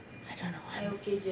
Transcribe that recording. I don't know I